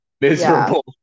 miserable